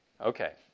Okay